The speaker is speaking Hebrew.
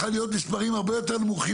הבא המספרים יכולים להיות יותר נמוכים